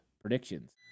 predictions